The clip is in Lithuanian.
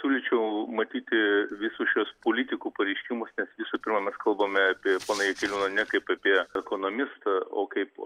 siūlyčiau matyti visus šiuos politikų pareiškimus nes visų pirma mes kalbame apie poną jakeliūną ne kaip apie ekonomistą o kaip